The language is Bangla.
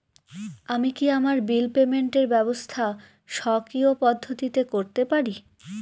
আমি কি আমার বিল পেমেন্টের ব্যবস্থা স্বকীয় পদ্ধতিতে করতে পারি?